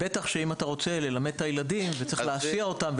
בוודאי אם אתה רוצה ללמד את הילדים וצריך להסיע אותם,